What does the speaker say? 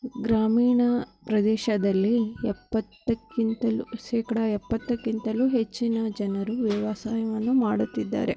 ಗ್ರಾಮೀಣ ಪ್ರದೇಶದಲ್ಲಿ ಎಪ್ಪತ್ತಕ್ಕಿಂತಲೂ ಶೇಕಡ ಎಪ್ಪತ್ತಕ್ಕಿಂತಲೂ ಹೆಚ್ಚಿನ ಜನರು ವ್ಯವಸಾಯವನ್ನು ಮಾಡುತ್ತಿದ್ದಾರೆ